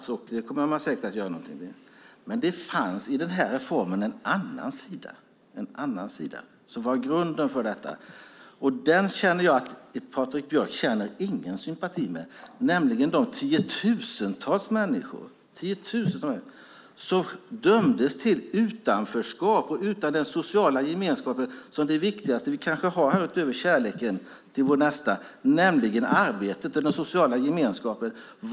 Det fanns en annan sida i reformen. Den sidan känner Patrik Björck ingen sympati för. Det gäller de tiotusentals människor som dömdes till utanförskap och att vara utan den sociala gemenskap som är det viktigaste vi har utöver kärleken till vår nästa, nämligen den sociala gemenskapen på arbetet.